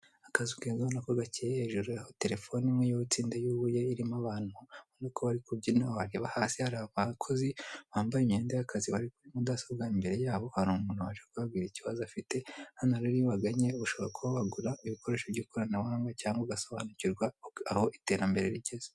Isoko rinini. Hakaba harimo ibicuruzwa bigiye bitandukanye bibitswe mu tubati. Bimwe muri ibyo bicuruzwa harimo imiti y'ibirahure y'ubwoko butandukanye; ndetse hakabamo n'amasabune y'amazi. Iri duka rikaba rifite amatara yaka umweru.